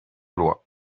loi